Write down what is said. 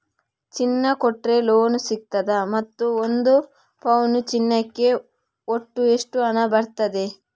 ಚಿನ್ನ ಕೊಟ್ರೆ ಲೋನ್ ಸಿಗ್ತದಾ ಮತ್ತು ಒಂದು ಪೌನು ಚಿನ್ನಕ್ಕೆ ಒಟ್ಟು ಎಷ್ಟು ಹಣ ಬರ್ತದೆ?